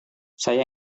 saya